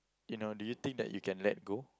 you know do you think that you can let go